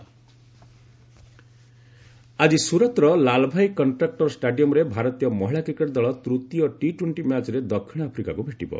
women's cricket ଆକି ସୁରତ୍ର Lalbhai contractor ଷ୍ଟାଡିୟମ୍ରେ ଭାରତୀୟ ମହିଳା କ୍ରିକେଟ୍ ଦଳ ତୂତୀୟ ଟି ଟ୍ୱେଣ୍ଟି ମ୍ୟାଚ୍ରେ ଦକ୍ଷିଣ ଆଫ୍ରିକାକୁ ଭେଟିବ